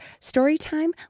Storytime